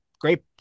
great